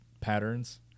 patterns